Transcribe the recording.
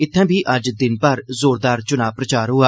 इत्थें बी अज्ज दिन भर जोरदार चुनांऽ प्रचार होआ